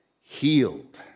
healed